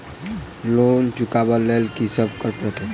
Loan चुका ब लैल की सब करऽ पड़तै?